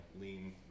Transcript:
lean